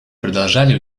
продолжали